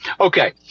okay